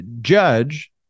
judge